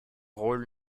rôle